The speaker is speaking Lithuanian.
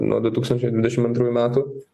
nuo du tūkstančiai dvidešim antrųjų metų